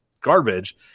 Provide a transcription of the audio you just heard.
garbage